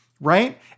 right